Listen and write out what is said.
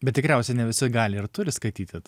bet tikriausiai ne visi gali ir turi skaitytit